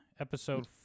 episode